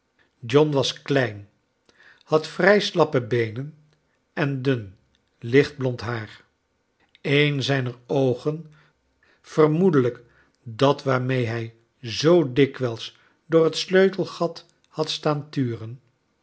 john was klein had vrij slappe beenen en dun licht blend haar een zijner oogen vermoedelijk dat waarmee hij zoo dikwijis door het sleutelgat had staan turen